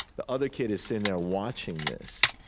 the other kid is sitting there, watching this.